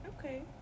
okay